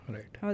Right